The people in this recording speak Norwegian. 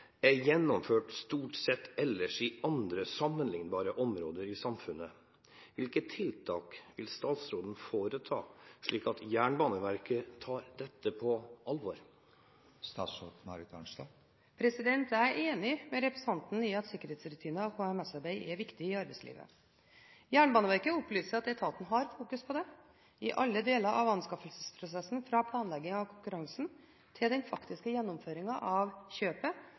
er gjennomført stort sett ellers i andre sammenlignbare områder i samfunnet. Hvilke tiltak vil statsråden foreslå slik at Jernbaneverket tar dette på alvor?» Jeg er enig med representanten i at sikkerhetsrutiner og HMS-arbeid er viktig i arbeidslivet. Jernbaneverket opplyser at etaten har fokus på dette i alle deler av anskaffelsesprosessen, fra planlegging av konkurransen til den faktiske gjennomføringen av kjøpet,